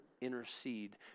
intercede